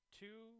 two